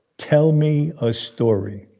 tell me a story.